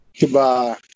Goodbye